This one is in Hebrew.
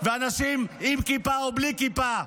ואנשים עם כיפה או בלי כיפה.